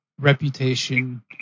reputation